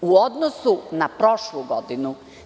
U odnosu na prošlu godinu.